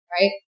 right